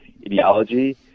ideology